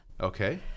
Okay